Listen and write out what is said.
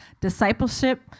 discipleship